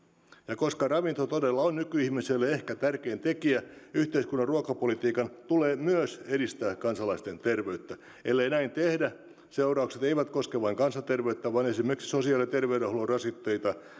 ja koska ravinto todella on nykyihmiselle ehkä tärkein tekijä yhteiskunnan ruokapolitiikan tulee myös edistää kansalaisten terveyttä ellei näin tehdä seuraukset eivät koske vain kansanterveyttä vaan esimerkiksi sosiaali ja terveydenhuollon rasitteita